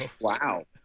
Wow